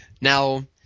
Now